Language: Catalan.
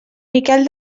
miquel